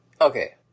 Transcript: Okay